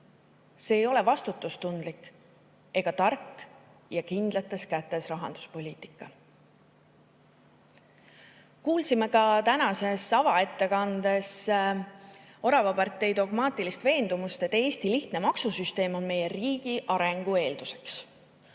See ei ole vastutustundlik ega tark ja kindlates kätes rahanduspoliitika. Kuulsime ka tänases avaettekandes oravapartei dogmaatilist veendumust, et Eesti lihtne maksusüsteem on meie riigi arengu eelduseks.